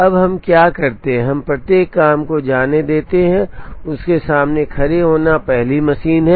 अब हम क्या करते हैं हम प्रत्येक काम को जाने देते हैं और उसके सामने खड़े होना पहली मशीन है